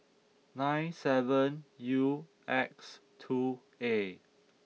nine seven U X two A